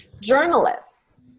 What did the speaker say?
Journalists